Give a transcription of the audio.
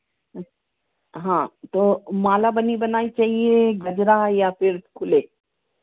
हाँ तो माला बनी बनाई चाहिए गजरा या फिर खुले